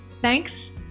thanks